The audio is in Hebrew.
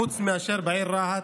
חוץ מאשר בעיר רהט.